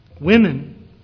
Women